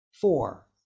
Four